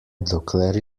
dokler